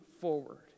forward